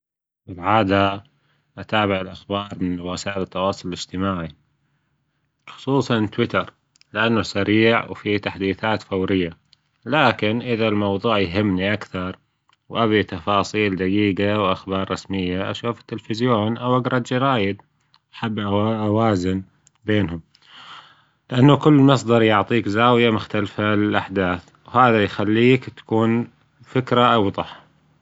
العادة أتابع الأخبار من وسائل التواصل الإجتماعي خصوصا تويتر لأنه سريع وفي تحديثات فورية، لكن إذا الموضوع يهمني أكثر وأبي تفاصيل دجيجة وأخبار رسمية أشوف التلفزيون أو أجرأ الجرايد حبة أوزان بينهم، لأنه كل مصدر يعطيك زاوية مختلفة للأحداث وهذا يخليك تكون فكرة أوضح.